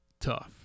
tough